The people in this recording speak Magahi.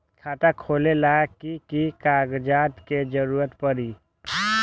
खाता खोले ला कि कि कागजात के जरूरत परी?